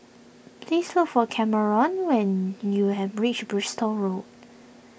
please look for Kamron when you have reach Bristol Road